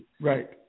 Right